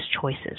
choices